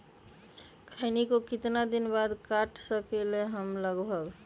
खैनी को कितना दिन बाद काट सकलिये है लगभग?